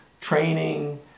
training